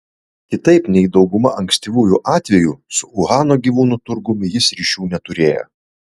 kitaip nei dauguma ankstyvųjų atvejų su uhano gyvūnų turgumi jis ryšių neturėjo